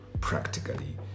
practically